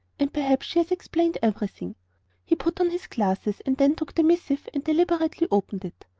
and perhaps she has explained everything. he put on his glasses and then took the missive and deliberately opened it.